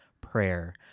prayer